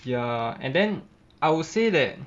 ya and then I would say that